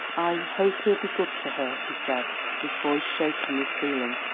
i hope he'll be good to her, he said, his voice shaken with feeling.